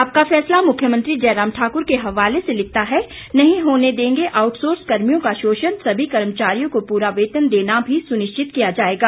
आपका फैसला मुख्यमंत्री जयराम ठाकुर के हवाले से लिखता है नहीं होने देंगे आउटसोर्स कर्मियों का शोषण सभी कर्मचारियों को पूरा वेतन देना भी सुनिश्चित किया जाएगा